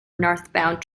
northbound